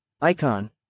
Icon